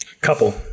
couple